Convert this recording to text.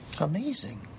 Amazing